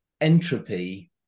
entropy